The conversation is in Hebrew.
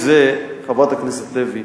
חברת הכנסת לוי,